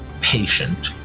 patient